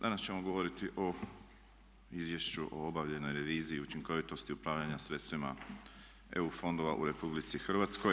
Danas ćemo govoriti o Izvješću o obavljenoj reviziji i učinkovitosti upravljanja sredstvima EU fondova u RH.